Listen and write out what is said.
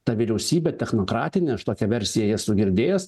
ta vyriausybė technokratinė aš tokią versiją esu girdėjęs